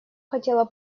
хотела